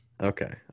Okay